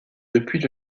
depuis